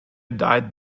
died